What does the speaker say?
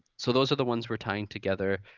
so, those are the ones we're tying together.